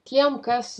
tiem kas